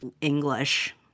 English